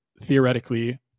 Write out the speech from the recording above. theoretically